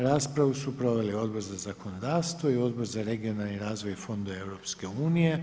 Raspravu su proveli Odbor za zakonodavstvo i Odbor za regionalni razvoj i fondove EU.